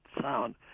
sound